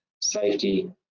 safety